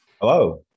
hello